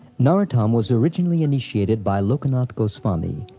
narottam was originally initiated by lokanath goswami,